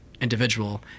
individual